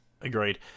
Agreed